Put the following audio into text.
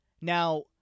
Now